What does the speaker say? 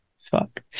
fuck